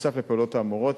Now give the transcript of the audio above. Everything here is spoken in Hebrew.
בנוסף לפעולות האמורות,